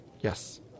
Yes